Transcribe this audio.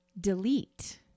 delete